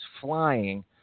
flying